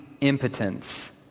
impotence